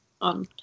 on